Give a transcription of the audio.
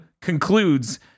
concludes